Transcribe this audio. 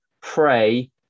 pray